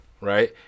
Right